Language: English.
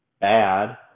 bad